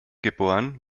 geboren